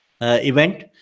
event